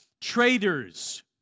Traitors